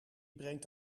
brengt